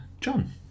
John